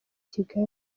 kigali